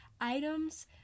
items